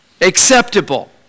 acceptable